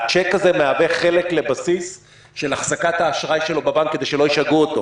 הצ'ק הזה מהווה חלק לבסיס של החזקת האשראי שלו בבנק כדי שלא ישגעו אותו.